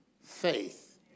faith